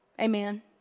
Amen